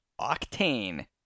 Octane